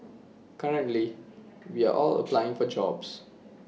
currently we are all applying for jobs